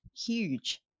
huge